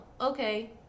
Okay